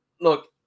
Look